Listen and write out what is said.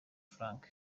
frank